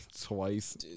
twice